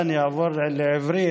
השנייה, אעבור לעברית,